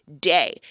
day